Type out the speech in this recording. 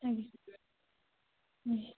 ଆଜ୍ଞା ଆଜ୍ଞା